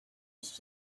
used